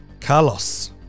Carlos